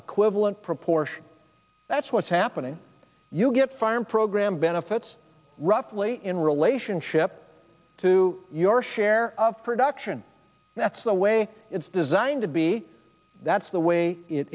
equivalent proportion that's what's happening you get farm program benefits roughly in relationship to your share of production that's the way it's designed to be that's the way it